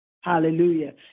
Hallelujah